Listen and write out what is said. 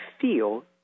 feel